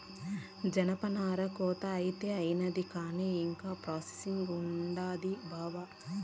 జనపనార కోత అయితే అయినాది కానీ ఇంకా ప్రాసెసింగ్ ఉండాది బావా